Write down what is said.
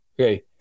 Okay